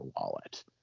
wallet